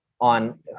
on